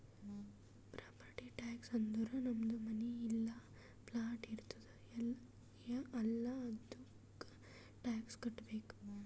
property tax ಅಂದುರ್ ನಮ್ದು ಮನಿ ಇಲ್ಲಾ ಪ್ಲಾಟ್ ಇರ್ತುದ್ ಅಲ್ಲಾ ಅದ್ದುಕ ಟ್ಯಾಕ್ಸ್ ಕಟ್ಟಬೇಕ್